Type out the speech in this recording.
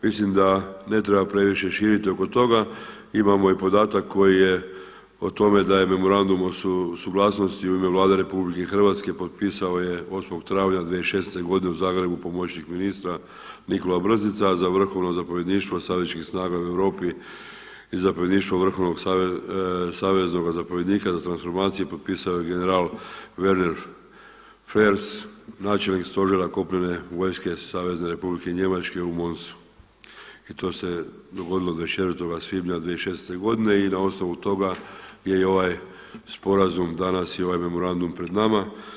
Mislim da ne treba previše širiti oko toga, imamo i podatak koji je o tome da je memorandum o suglasnosti u ime Vlade RH potpisao je 8. travnja 2016. godine u Zagrebu pomoćnik ministra Nikola Brzica, a za Vrhovno zapovjedništvo savezničkih snaga u Europi i zapovjedništvo Vrhovnog saveznog zapovjednika za transformacije potpisao je general Werner Freers, načelnik Stožera kopnene vojske Savezne Republike Njemačke u Monsu i to se dogodilo 24. svibnja 2016. godine i na osnovu toga je i ovaj sporazum danas i ovaj memorandum pred nama.